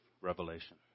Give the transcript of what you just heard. Revelation